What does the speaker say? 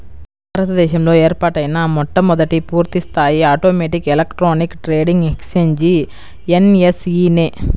భారత దేశంలో ఏర్పాటైన మొట్టమొదటి పూర్తిస్థాయి automatic electronic trading exchange NSE నే